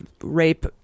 rape